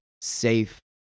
safe